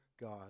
God